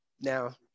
now